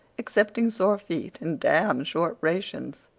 excepting sore feet and damned short rations.